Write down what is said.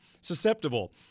susceptible